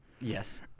Yes